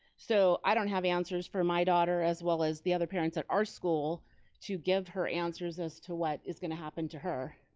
so i don't have answers for my daughter, as well as the other parents at our school to give her answers as to what is gonna happen to her.